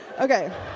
Okay